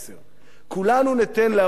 כולנו ניתן לערוץ-10,